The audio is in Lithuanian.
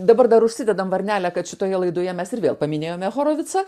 dabar dar užsidedam varnelę kad šitoje laidoje mes ir vėl paminėjome horovicą